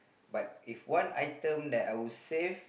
but if one item that I would save